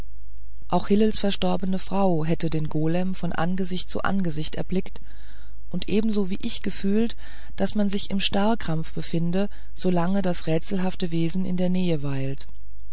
auch hillels verstorbene frau hatte den golem von angesicht zu angesicht erblickt und ebenso wie ich gefühlt daß man sich im starrkrampf befindet solange das rätselhafte wesen in der nähe weilt